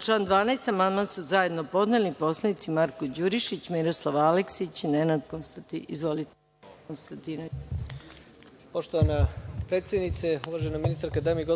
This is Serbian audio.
član 12. amandman su zajedno podneli poslanici Marko Đurišić, Miroslav Aleksić, Goran